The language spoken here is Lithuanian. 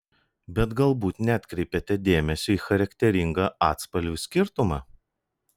bet galbūt neatkreipėte dėmesio į charakteringą atspalvių skirtumą